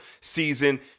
season